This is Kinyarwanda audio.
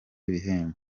ibihembo